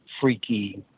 freaky